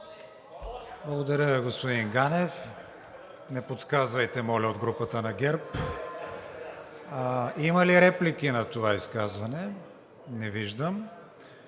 Благодаря, господин Ганев. Не подсказвайте, моля, от групата на ГЕРБ. Има ли реплики на това изказване? Не виждам.